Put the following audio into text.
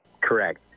Correct